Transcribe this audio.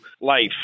life